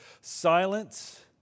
silence